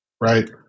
Right